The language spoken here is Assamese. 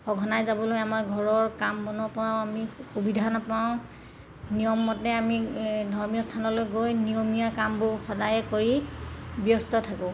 সঘনাই যাবলৈ আমাৰ ঘৰৰ কাম বনৰ পৰাও আমি সুবিধা নাপাওঁ নিয়ম মতে আমি ধৰ্মীয় স্থানলৈ গৈ নিয়মীয়া কামবোৰ সদায় কৰি ব্যস্ত থাকোঁ